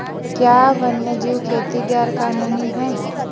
क्या वन्यजीव खेती गैर कानूनी है?